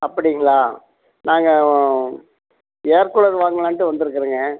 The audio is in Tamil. அப்படிங்களா நாங்கள் ஏர்கூலர் வாங்கலாம்ட்டு வந்திருக்குறேங்க